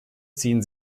ziehen